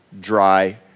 dry